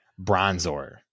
Bronzor